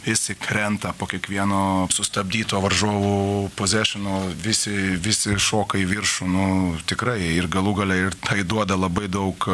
visi krenta po kiekvieno sustabdyto varžovų pozešino visi visi šoka į viršų nu tikrai ir galų gale ir tai duoda labai daug